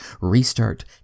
restart